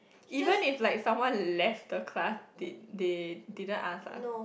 even if like someone left the class they they didn't ask lah